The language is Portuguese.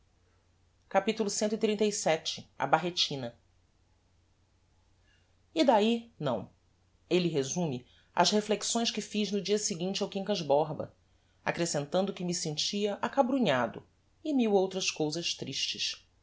inútil capitulo cxxxvii a barretina e dahi não elle resume as reflexões que fiz no dia seguinte ao quincas borba accrescentando que me sentia acabrunhado e mil outras cousas tristes